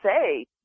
say